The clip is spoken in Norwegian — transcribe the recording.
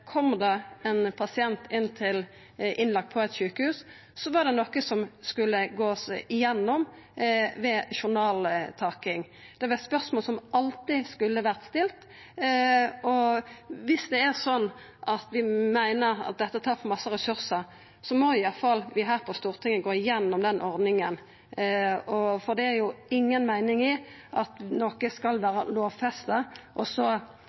kom det ein pasient og vart lagd inn på sjukehus, var dette noko ein skulle gå gjennom ved journaltaking. Det er spørsmål ein alltid skulle stilla. Dersom vi meiner det tar for mykje ressursar, må vi her på Stortinget iallfall gå gjennom ordninga. For det er jo inga meining i at noko skal vera lovfesta, og så